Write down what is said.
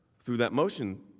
through that motion,